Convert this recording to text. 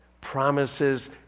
promises